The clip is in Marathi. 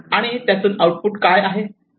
आणि त्यातून आउटपुट काय आहे